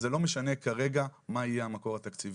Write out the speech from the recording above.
זה לא משנה כרגע מה יהיה המקור התקציבי.